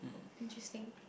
interesting